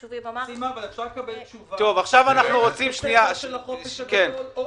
אפשר תשובה אם יש בית ספר של החופש הגדול או